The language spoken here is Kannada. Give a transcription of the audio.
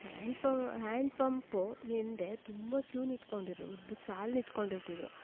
ಹ್ಯಾಂಡ್ ಪ ಹ್ಯಾಂಡ್ ಪಂಪು ಹಿಂದೆ ತುಂಬ ಕ್ಯೂ ನಿಂತ್ಕೊಂಡಿರೋರು ಉದ್ದ ಸಾಲು ನಿಂತ್ಕೊಂಡಿರ್ತಿದ್ರು